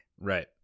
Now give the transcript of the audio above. Right